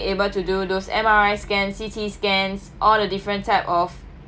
able to do those M_R_I scan C_T scans all the different type of